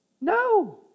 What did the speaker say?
no